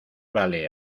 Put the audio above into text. vale